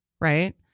Right